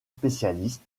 spécialistes